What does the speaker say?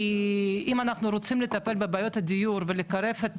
כי אם אנחנו רוצים לטפל בבעיות הדיור ולקרב את